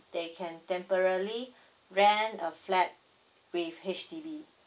they can temporally rent a flat with H_D_B